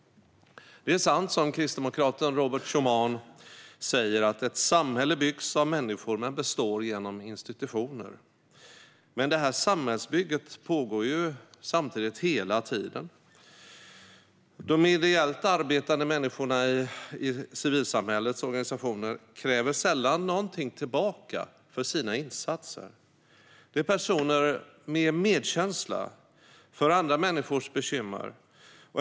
Det är sant som kristdemokraten Robert Schuman sa: att ett samhälle byggs av människor men består genom institutioner. Men detta samhällsbygge pågår samtidigt hela tiden. De ideellt arbetande människorna i civilsamhällets organisationer kräver sällan någonting tillbaka för sina insatser. Det är personer med medkänsla för andra människors bekymmer.